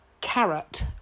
carrot